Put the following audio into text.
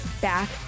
back